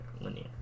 Linear